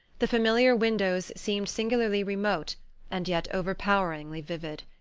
the familiar windows seemed singularly remote and yet overpoweringly vivid.